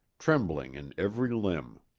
trembling in every limb.